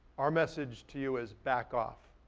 our message to you is, back off,